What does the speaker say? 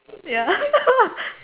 ya